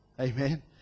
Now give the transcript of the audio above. Amen